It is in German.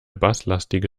basslastige